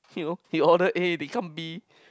you you order A they come B